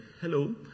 hello